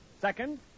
Second